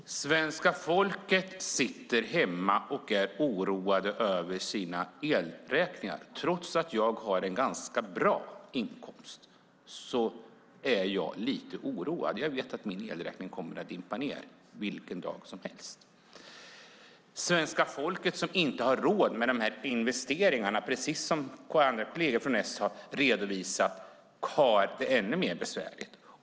Herr talman! Svenska folket sitter hemma och är oroat över sina elräkningar. Trots att jag har en ganska bra inkomst är jag lite oroad. Jag vet att min elräkning kommer att dimpa ned vilken dag som helst. Den del av svenska folket som inte har råd med de här investeringarna, precis som ett par kolleger från Socialdemokraterna har redovisat, har det ännu mer besvärligt.